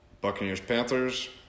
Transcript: Buccaneers-Panthers